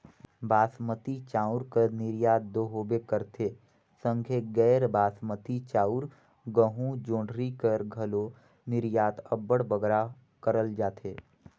बासमती चाँउर कर निरयात दो होबे करथे संघे गैर बासमती चाउर, गहूँ, जोंढरी कर घलो निरयात अब्बड़ बगरा करल जाथे